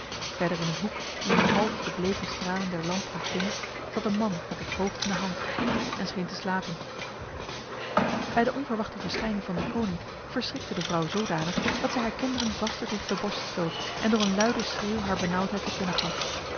verder in een hoek die maar half de bleke stralen der lamp ontving zat een man met het hoofd in de hand en scheen te slapen bij de onverwachte verschijning van deconinck verschrikte de vrouw zodanig dat zij haar kinderen vaster tegen de borst sloot en door een luide schreeuw haar benauwdheid te kennen gaf